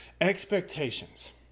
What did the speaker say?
expectations